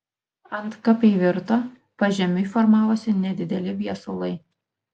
antkapiai virto pažemiui formavosi nedideli viesulai